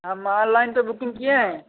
हम ऑनलाइन पर बुकिंग किए हैं